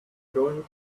going